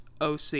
OC